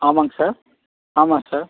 ஆமாங்க சார் ஆமாம் சார்